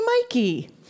Mikey